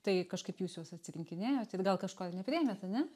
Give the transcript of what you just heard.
tai kažkaip jūs juos atsirinkinėjot tai gal kažko nepriėmėt ar ne